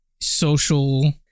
social